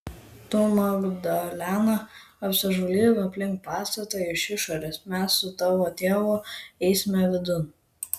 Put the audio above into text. tu magdalena apsižvalgyk aplink pastatą iš išorės mes su tavo tėvu eisime vidun